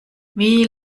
wie